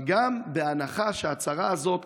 בהנחה שההצהרה הזאת